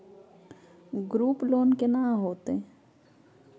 Group loan केना होतै?